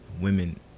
women